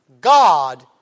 God